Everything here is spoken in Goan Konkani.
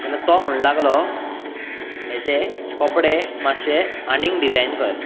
तेन्ना तो म्हणू लागलो हेचे कपडे मात्शे आनीक डिजाइन कर